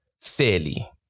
fairly